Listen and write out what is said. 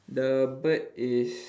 the bird is